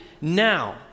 now